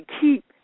keep